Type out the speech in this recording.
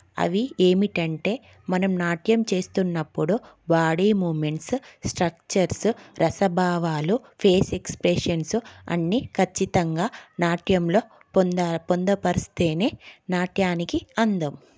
అవి ఏమిటి అంటే మనం నాట్యం చేస్తున్నప్పుడు బాడీ మూమెంట్సు స్ట్రక్చర్సు రసభావాలు ఫేస్ ఎక్స్ప్రెషన్సు అన్నీ ఖచ్చితంగా నాట్యంలో పొందు పొందుపరిస్తేనే నాట్యానికి అందం